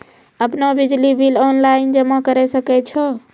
आपनौ बिजली bill online जमा करै सकै छौ?